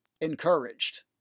encouraged